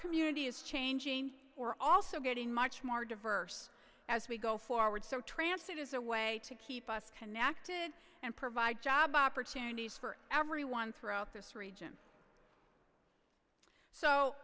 community is changing or also getting much more diverse as we go forward so translate is a way to keep us connected and provide job opportunities for everyone throughout this region so